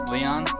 Leon